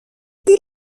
چیزی